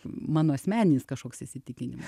mano asmeninis kažkoks įsitikinimas